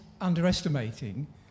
underestimating